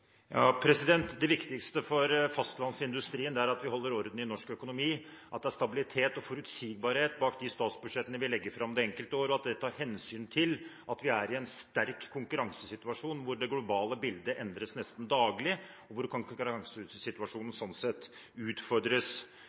Det viktigste for fastlandsindustrien er at vi holder orden i norsk økonomi, at det er stabilitet og forutsigbarhet bak de statsbudsjettene vi legger fram de enkelte år, og at de tar hensyn til at vi er i en sterk konkurransesituasjon hvor det globale bildet endres nesten daglig, og hvor konkurransesituasjonen sånn sett utfordres.